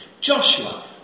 Joshua